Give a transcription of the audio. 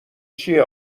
چیه